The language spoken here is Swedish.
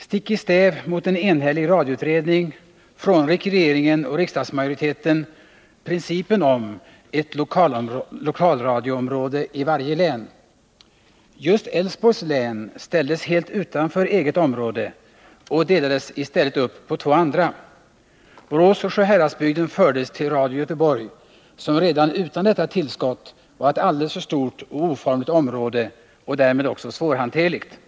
Stick i stäv mot en enhällig radioutredning frångick regeringen och riksdagsmajoriteten principen om ett lokalradioområde i varje län. Just Älvsborgs län ställdes helt utanför eget område och delades i stället upp på två andra. Borås och Sjuhäradsbygden fördes till Radio Göteborg, som redan utan detta tillskott var ett alldeles för stort och oformligt och därmed också svårhanterligt område.